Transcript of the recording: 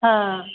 हँ